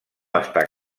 està